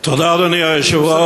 תודה, אדוני היושב-ראש.